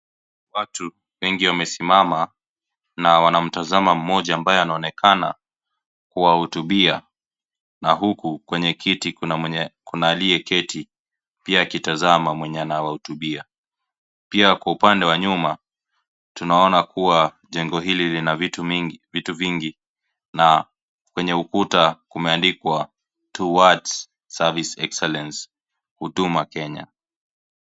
Watu wengi wamesimama na wanamtazama mmoja ambaye anaonekana kuwahutubia. Na huku kwenye kiti kuna aliyeketi, pia akitazama mwenye anawahutubia. Pia kwa upande wa nyuma , tunaona kuwa tengo hili lina vitu vingi na kwenye ukuta kumeandikwa, towards service excellence , huduma Kenya.